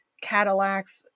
Cadillacs